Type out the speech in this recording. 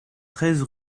treize